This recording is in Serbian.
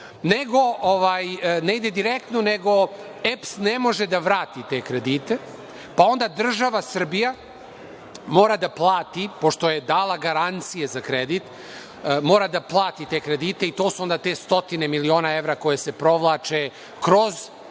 ne ide direktno, nego EPS ne može da vrati te kredite, pa onda država Srbija mora da plati, pošto je dala garancije za kredit, mora da plati te kredite i to su onda te stotine miliona evra koje se provlače kroz